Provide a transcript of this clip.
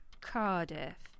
Cardiff